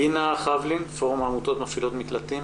דינה חבלין, פורום עמותות המפעילות מקלטים.